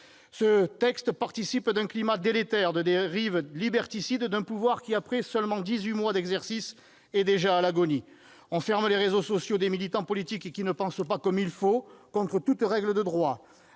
Ce texte participe d'un climat délétère de dérives liberticides d'un pouvoir qui, après seulement dix-huit mois d'exercice, est déjà à l'agonie. On ferme les réseaux sociaux des militants politiques qui ne pensent pas comme il faut, contre toute règle de droit.